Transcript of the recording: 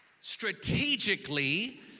strategically